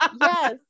yes